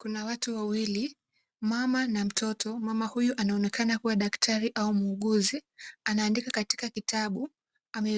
Kuna watu wawili, mama na mtoto. Mama huyu anaonekana kuwa daktari au muuguzi. Anaandika katika kitabu.